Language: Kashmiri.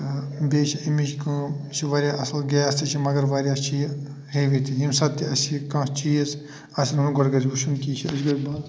تہٕ بیٚیہِ چھِ اَمِچ کٲم یہِ چھُ واریاہ اَصٕل گیس تہِ چھُ مگر واریاہ چھِ یہِ ہیوی تہِ ییٚمہِ ساتہٕ تہِ اَسہِ یہِ کانٛہہ چیٖز آسہِ تھاوُن گۄڈٕ گَژھِ وٕچھُن کہِ یہِ چھےٚ اَصٕل پٲٹھۍ بَنٛد کِنہٕ یَلہٕ